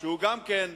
שגם הוא, הוא שמע.